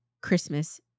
Christmas